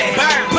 burn